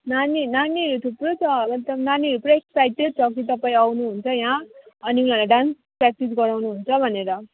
नानी नानीहरू थुप्रो छ एकदम नानीहरू पुरै एक्साइटेड छ कि तपाईँ आउनुहुन्छ यहाँ अनि उनीहरूलाई डान्स प्र्याक्टिस गराउनुहुन्छ भनेर